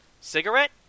Cigarette